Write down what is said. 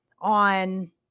on